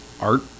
art